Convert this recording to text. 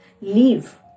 leave